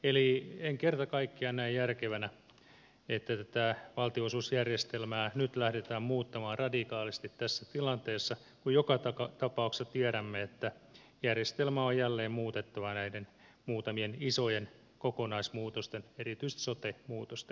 eli en kerta kaikkiaan näe järkevänä että tätä valtionosuusjärjestelmää nyt lähdetään muuttamaan radikaalisti tässä tilanteessa kun joka tapauksessa tiedämme että järjestelmää on jälleen muutettava näiden muutamien isojen kokonaismuutosten erityisesti sote muutosten myötä